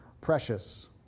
precious